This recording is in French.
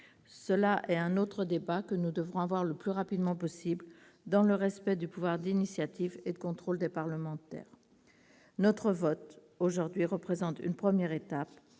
là d'un autre débat, que nous devrons avoir le plus rapidement possible, dans le respect du pouvoir d'initiative et de contrôle des parlementaires. Notre vote sur ce texte représentera une première étape